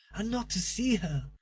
and not to see her!